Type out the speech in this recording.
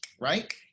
right